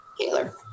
Taylor